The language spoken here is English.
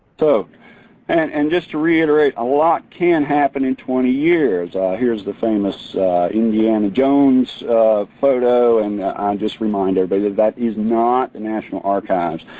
so and and just to reiterate, a lot can happen in twenty years. here's the famous indiana jones photo and i'll um just remind everybody, that that is not the national archives.